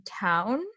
town